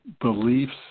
beliefs